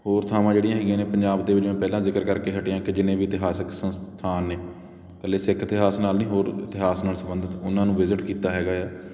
ਹੋਰ ਥਾਵਾਂ ਜਿਹੜੀਆਂ ਹੈਗੀਆਂ ਨੇ ਪੰਜਾਬ ਦੇ ਵਾਰੀ ਮੈਂ ਪਹਿਲਾਂ ਜ਼ਿਕਰ ਕਰਕੇ ਹਟਿਆ ਕਿ ਜਿੰਨੇ ਵੀ ਇਤਿਹਾਸਿਕ ਸੰਸਥਾਨ ਨੇ ਇਕੱਲੇ ਸਿੱਖ ਇਤਿਹਾਸ ਨਾਲ ਨਹੀਂ ਹੋਰ ਇਤਿਹਾਸ ਨਾਲ ਸੰਬੰਧਿਤ ਉਹਨਾਂ ਨੂੰ ਵਿਜ਼ਿਟ ਕੀਤਾ ਹੈਗਾ ਆ